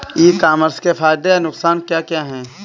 ई commerce के फायदे या नुकसान क्या क्या हैं?